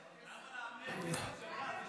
מי מבריח כסף?